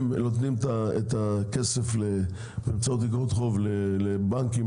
הם נותנים את הכסף באמצעות איגרות חוב לבנקים,